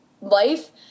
life